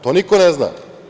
To niko ne zna.